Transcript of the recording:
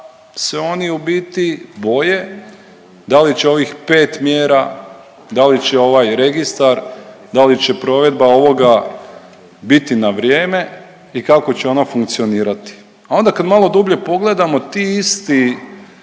se oni u biti boje da li će ovih 5 mjera, da li će ovaj registar, da li će provedba ovoga biti na vrijeme i kako će ona funkcionirati. A onda kad malo dublje pogledamo ti isti